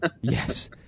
yes